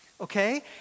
Okay